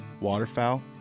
waterfowl